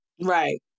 Right